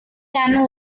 canon